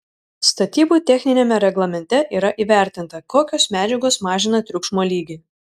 statybų techniniame reglamente yra įvertinta kokios medžiagos mažina triukšmo lygį